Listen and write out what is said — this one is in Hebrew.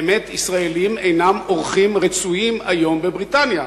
באמת ישראלים אינם אורחים רצויים היום בבריטניה.